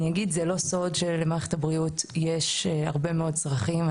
זה לא סוד שלמערכת הבריאות יש הרבה מאוד צרכים.